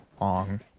long